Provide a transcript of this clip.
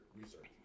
research